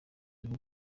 b’u